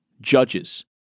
judges